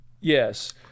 Yes